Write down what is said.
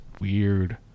weird